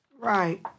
Right